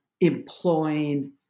employing